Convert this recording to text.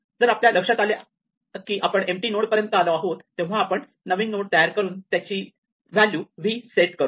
जर आपल्या लक्षात आले की आपण एम्पटी नोड पर्यंत आलो आहोत तेव्हा आपण नवीन नोड तयार करून त्याची व्हॅल्यू v सेट करतो